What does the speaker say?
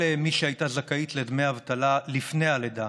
כל מי שהייתה זכאית לדמי אבטלה לפני הלידה